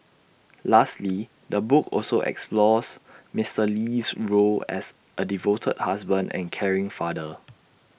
lastly the book also explores Mister Lee's role as A devoted husband and caring father